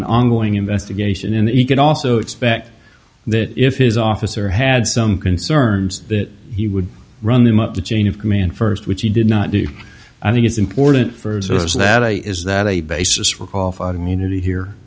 an ongoing investigation in that he could also expect that if his officer had some concerns that he would run them up the chain of command first which he did not do i think it's important for us that a is that a basis for qualified immunity here